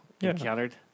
encountered